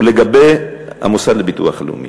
ולגבי המוסד לביטוח לאומי,